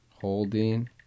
holding